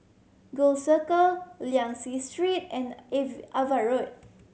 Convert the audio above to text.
Gul Circle Liang Seah Street and Ava Road